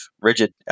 rigid